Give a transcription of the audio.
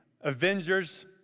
Avengers